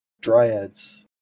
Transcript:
dryads